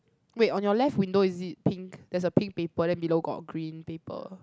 wait on your left window is it pink there is a pink paper then below got a green paper